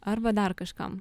arba dar kažkam